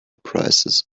prices